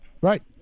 Right